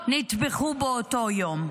נטבחו באותו יום.